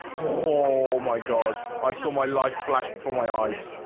oh my god, i saw my life flash before my eyes